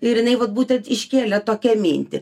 ir jinai vat būtent iškėlė tokią mintį